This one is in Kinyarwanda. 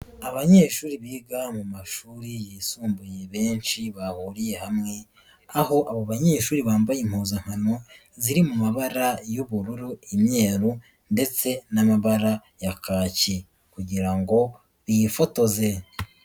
Abanyeshuri biga mu mashuri yisumbuye benshi bahuriye hamwe, aho abo banyeshuri bambaye impuzankano ziri mu mabara y'ubururu, imyeru ndetse n'amabara ya kaki kugira ngo bifotoze.